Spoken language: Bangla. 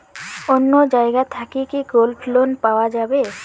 অন্য জায়গা থাকি কি গোল্ড লোন পাওয়া যাবে?